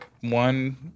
one